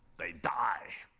they die.